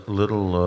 little